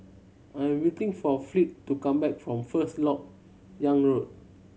I'm waiting for Fleet to come back from First Lok Yang Road